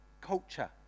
culture